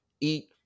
eat